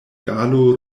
galo